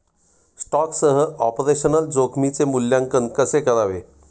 स्टॉकसह ऑपरेशनल जोखमीचे मूल्यांकन कसे करावे?